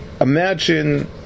Imagine